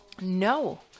No